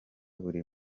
buri